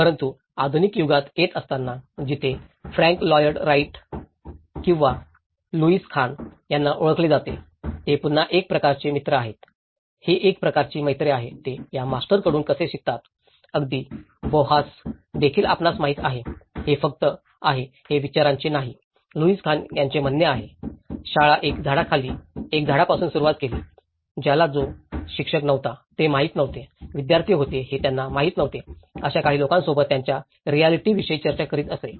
परंतु आधुनिक युगात येत असताना जिथे फ्रँक लॉयड राईट किंवा लुईस खान यांना ओळखले जाते ते पुन्हा एक प्रकारचे मित्र आहेत हे एक प्रकारची मैत्री आहे ते या मास्टर्स कडून कसे शिकतात अगदी बौहॉस देखील आपल्यास माहित आहेत हे फक्त आहे हे विचारांचे नाही लुईस खान यांचे म्हणणे आहे शाळा एक झाडाखाली एका झाडापासून सुरुवात केली ज्याला तो शिक्षक नव्हता हे माहित नव्हते विद्यार्थी होते हे त्यांना माहिती नव्हते अशा काही लोकांसोबत त्याच्या रिऍलिटीाविषयी चर्चा करीत असे